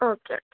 okay okay